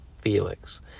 Felix